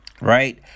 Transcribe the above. Right